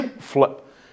flip